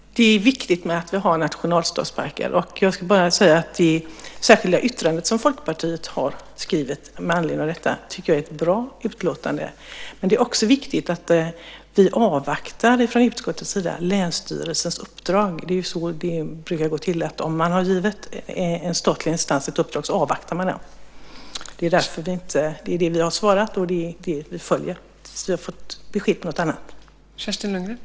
Fru talman! Det är viktigt att vi har nationalstadsparker. Det särskilda yttrande som Folkpartiet har skrivit med anledning av detta tycker jag är ett bra utlåtande. Men det är också viktigt att vi från utskottets sida avvaktar länsstyrelsens uppdrag. Så brukar det gå till. Om en statlig instans givits ett uppdrag avvaktar man. Det är vad vi har svarat, och det är det som vi följer tills vi har fått besked om någonting annat.